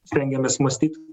stengiamės mąstyt